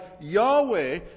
Yahweh